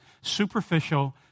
superficial